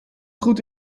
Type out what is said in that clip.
goed